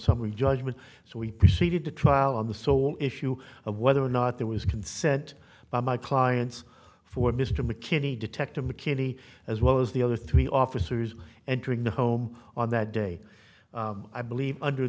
summary judgment so we proceeded to trial on the sole issue of whether or not there was consent by my clients for mr mckinney detective mckinney as well as the other three officers and to ignore home on that day i believe under